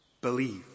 Believe